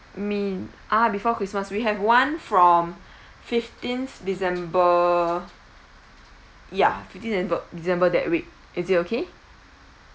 mid~ ah before christmas we have one from fifteenth december ya fifteenth decembe~ december that week is it okay